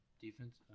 Defense